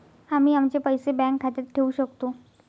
आम्ही आमचे पैसे बँक खात्यात ठेवू शकतो